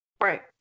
Right